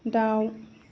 दाउ